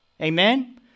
Amen